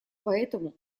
поэтому